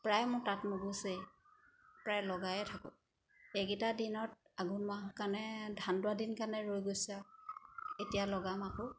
প্ৰায় মোৰ তাঁত নোগুচেই প্ৰায় লগায়ে থাকোঁ এইকেইটা দিনত আঘোণ মাহ কাৰণে ধান দোৱা দিন কাৰণে ৰৈ গৈছে আৰু এতিয়া লগাম আকৌ